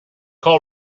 call